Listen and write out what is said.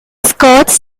scots